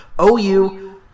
OU